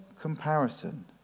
comparison